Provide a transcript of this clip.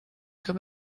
quand